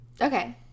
okay